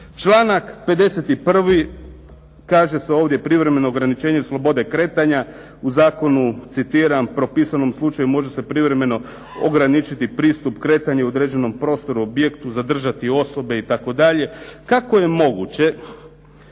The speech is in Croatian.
Članak 51., kaže se ovdje privremeno ograničenje slobode kretanja, u zakonu, citiram, propisanom slučaju može se privremeno ograničiti pristup kretanja u određenom prostoru, objektu zadržati osobe itd. Kako je moguće